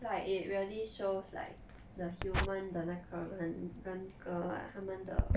like it really shows like the human 的那个人人格 lah 他们的